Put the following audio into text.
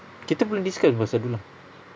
kita belum discuss [pe] pasal dulang